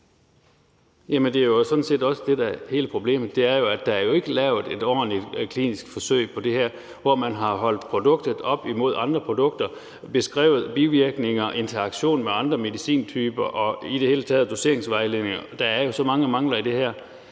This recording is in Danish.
det er jo sådan set også det, der er hele problemet, nemlig at der ikke er lavet et ordentligt klinisk forsøg i forhold til det her, hvor man har holdt produktet op imod andre produkter, beskrevet bivirkninger, interaktion med andre medicintyper og i det hele taget doseringsvejledninger. Der er jo så mange mangler i det her,